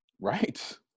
Right